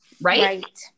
Right